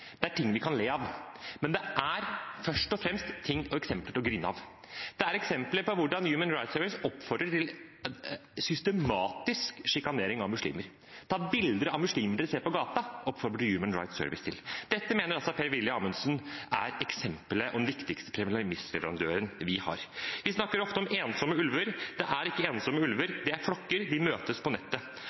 Det er ting vi kan le av, men det er først og fremst ting og eksempler til å grine av. Det er eksempler på hvordan Human Rights Service oppfordrer til systematisk sjikanering av muslimer. «Ta bilder av muslimer dere ser på gaten», oppfordrer Human Rights Service til. Dette mener altså Per-Willy Amundsen er den viktigste premissleverandøren vi har. Vi snakker ofte om ensomme ulver. Det er ikke ensomme ulver. Det er flokker, og de møtes på nettet.